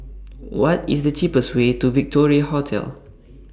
What IS The cheapest Way to Victoria Hotel